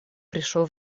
пришел